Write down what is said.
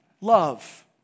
love